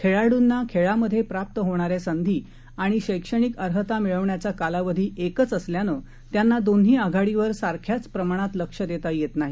खेळाडूंनाखेळामध्येप्राप्तहोणाऱ्यासंधीआणिशैक्षणिकअर्हतामिळवण्याचाकालावधीएकच असल्यानंत्यांनादोन्हीआघाडीवरसारख्याचप्रमाणातलक्षदेतायेतनाही